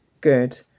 good